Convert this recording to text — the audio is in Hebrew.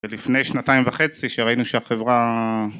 ולפני שנתיים וחצי שראינו שהחברה.